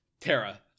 Tara